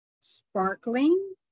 sparkling